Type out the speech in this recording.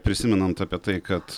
prisimenant apie tai kad